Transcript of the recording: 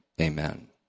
amen